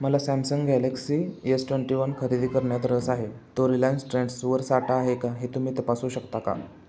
मला Samsung Galaxy S twenty one खरेदी करण्यात रस आहे तो रिलायन्स ट्रेंड्सवर साठा आहे का हे तुम्ही तपासू शकता का